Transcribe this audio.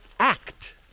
Act